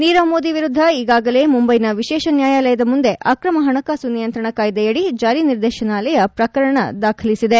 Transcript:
ನೀರವ್ ಮೋದಿ ವಿರುದ್ದ ಈಗಾಗಲೇ ಮುಂಬೈನ ವಿಶೇಷ ನ್ಯಾಯಾಲಯದ ಮುಂದೆ ಅಕ್ರಮ ಹಣಕಾಸು ನಿಯಂತ್ರಣ ಕಾಯ್ದೆಯಡಿ ಜಾರಿ ನಿರ್ದೇಶನಾಲಯ ಪ್ರಕರಣ ದಾಖಲಿಸಿದೆ